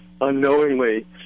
unknowingly